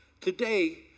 Today